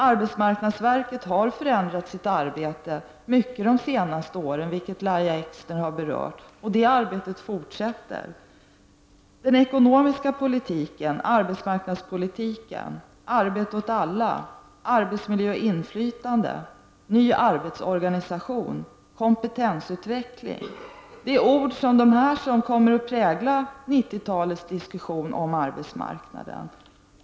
Arbetsmarknadsverket har i hög grad för ändrat sitt arbete under de senaste åren, vilket Lahja Exner har berört, och det arbetet fortsätter. Den ekonomiska politiken, arbetsmarknadspolitiken, arbete åt alla, arbetsmiljö och inflytande, ny arbetsorganisation och kompetensutveckling — detta är ord som kommer att prägla 90-talets diskussion om arbetsmarknaden.